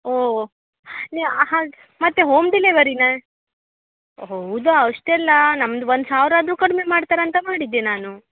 ಓ ನೀವು ಹಾಗೆ ಮತ್ತು ಹೋಮ್ ಡಿಲೆವರಿಯಾ ಹೌದಾ ಅಷ್ಟೆಲ್ಲ ನಮ್ದು ಒಂದು ಸಾವಿರ ಆದರೂ ಕಡಿಮೆ ಮಾಡ್ತಾರೆ ಅಂತ ಮಾಡಿದ್ದೆ ನಾನು